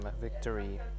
victory